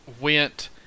went